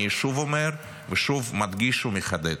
אני שוב אומר, ושוב מדגיש ומחדד: